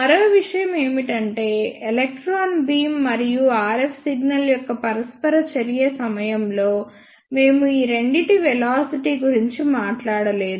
మరో విషయం ఏమిటంటే ఎలక్ట్రాన్ బీమ్ మరియు RF సిగ్నల్ యొక్క పరస్పర చర్య సమయంలో మేము ఈ రెండింటి వెలాసిటీ గురించి మాట్లాడలేదు